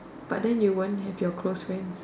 but than you won't have your close friends